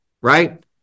right